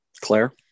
Claire